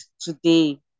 today